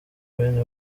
bene